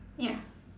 ya